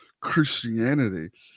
Christianity